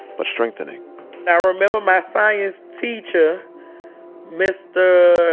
but strengthening i remember my science teacher mr.